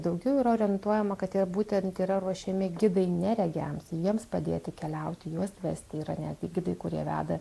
daugiau yra orientuojama kad yra būtent yra ruošiami gidai neregiams jiems padėti keliauti juos vesti yra netgi gidai kurie veda